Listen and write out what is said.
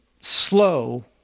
slow